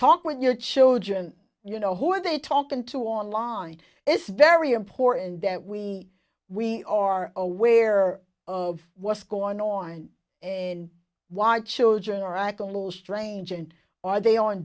talk with your children you know who are they talking to online it's very important that we we are aware of what's going on in why children are i go a little strange and are they on